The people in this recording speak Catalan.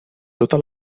tota